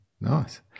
Nice